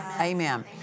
Amen